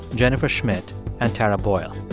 jennifer schmidt and tara boyle.